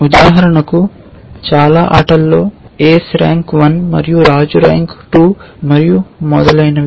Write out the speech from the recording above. ఉదాహరణకు చాలా ఆటలలో ఏస్ ర్యాంక్ 1 మరియు రాజు ర్యాంక్ 2 మరియు మొదలైనవి